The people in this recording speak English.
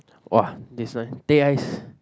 !wah! this one teh ice